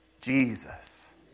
Jesus